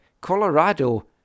Colorado